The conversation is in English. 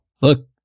Look